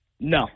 No